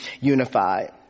unified